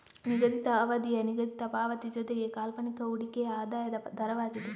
ನಿಗದಿತ ಅವಧಿಯ ನಿಗದಿತ ಪಾವತಿ ಜೊತೆಗೆ ಕಾಲ್ಪನಿಕ ಹೂಡಿಕೆಯ ಆದಾಯದ ದರವಾಗಿದೆ